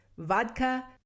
vodka